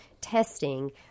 testing